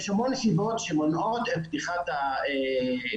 יש המון סיבות שמונעות את פתיחת המסגרות